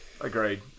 Agreed